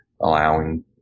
allowing